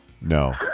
No